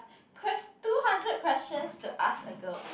ques~ two hundred questions to ask a girl